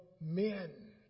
men